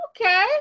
Okay